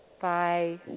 Bye